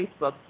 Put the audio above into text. Facebook